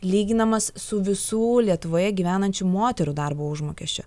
lyginamas su visų lietuvoje gyvenančių moterų darbo užmokesčiu